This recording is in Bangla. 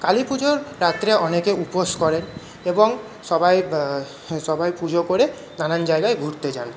কালী পুজোর রাত্রে অনেকে উপোস করেন এবং সবাই সবাই পুজো করে নানান জায়গায় ঘুরতে যান